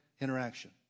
interaction